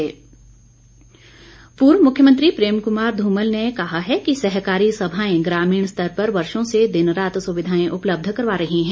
ध्मल पूर्व मुख्यमंत्री प्रेम कमार ध्मल ने कहा कि सहकारी सभाएं ग्रामीण स्तर पर वर्षों से दिनरात सुविधाएं उपलब्ध करवा रही है